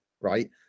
right